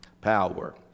Power